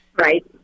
Right